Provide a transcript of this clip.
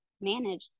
manage